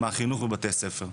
מהחינוך בבתי הספר.